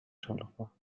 charleroi